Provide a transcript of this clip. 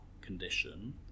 condition